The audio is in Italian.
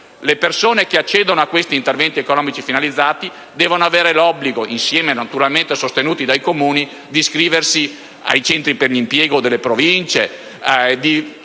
Le persone che accedono agli interventi economici finalizzati devono avere l'obbligo, naturalmente sostenuti dai Comuni, di iscriversi ai centri per l'impiego delle Province, di